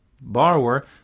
borrower